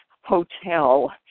hotel